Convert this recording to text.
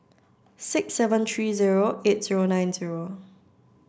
six seven three zero eight zero nine zero